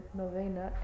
novena